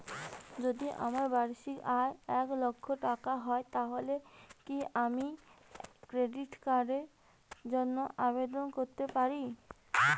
যদি আমার বার্ষিক আয় এক লক্ষ টাকা হয় তাহলে কি আমি ক্রেডিট কার্ডের জন্য আবেদন করতে পারি?